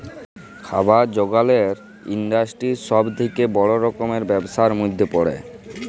খাবার জাগালের ইলডাসটিরি ছব থ্যাকে বড় রকমের ব্যবসার ম্যধে পড়ে